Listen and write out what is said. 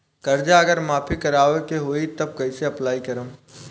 कर्जा अगर माफी करवावे के होई तब कैसे अप्लाई करम?